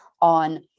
on